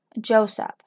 joseph